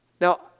Now